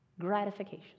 gratification